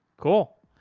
cool.